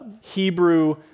Hebrew